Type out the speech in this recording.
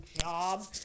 job